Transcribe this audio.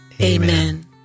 Amen